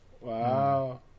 Wow